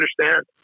understand